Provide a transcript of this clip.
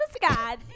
God